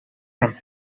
from